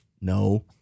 no